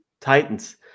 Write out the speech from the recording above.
Titans